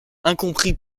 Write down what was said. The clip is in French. incompris